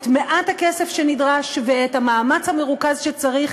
את מעט הכסף שנדרש ואת המאמץ המרוכז שצריך,